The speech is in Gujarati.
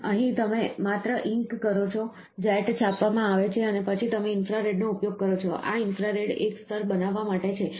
તેથી અહીં તમે માત્ર ઇંક કરો છો જેટ છાપવામાં આવે છે અને પછી તમે ઇન્ફ્રારેડનો ઉપયોગ કરો છો આ ઇન્ફ્રારેડ એક સ્તર બનાવવા માટે છે